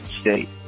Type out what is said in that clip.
State